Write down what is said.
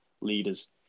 leaders